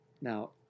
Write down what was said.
Now